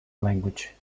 language